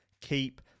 keep